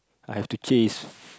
I have to chase